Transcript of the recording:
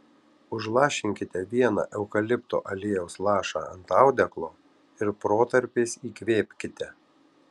užlašinkite vieną eukalipto aliejaus lašą ant audeklo ir protarpiais įkvėpkite